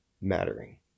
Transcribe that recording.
mattering